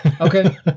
okay